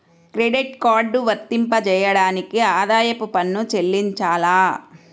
Credit card వర్తింపజేయడానికి ఆదాయపు పన్ను చెల్లించాలా?